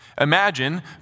Imagine